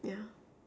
yeah